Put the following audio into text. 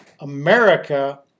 America